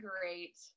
great